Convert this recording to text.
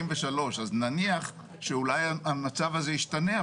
אז נניח שאולי המצב הזה ישתנה,